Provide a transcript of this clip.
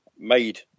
made